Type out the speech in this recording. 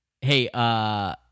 hey